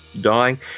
dying